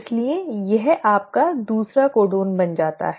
इसलिए यह आपका दूसरा कोडन बन जाता है